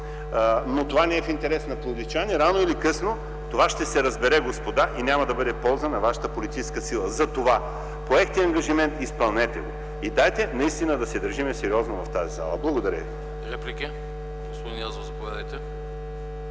Но това не е в интерес на пловдивчани. Рано или късно това ще се разбере, господа, и няма да бъде в полза на вашата политическа сила. Затова – поехте ангажимент, изпълнете го и дайте наистина да се държим сериозно в тази зала. Благодаря ви. ПРЕДСЕДАТЕЛ АНАСТАС